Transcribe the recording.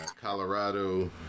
Colorado